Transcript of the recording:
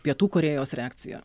pietų korėjos reakcija